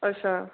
अच्छा